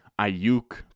Ayuk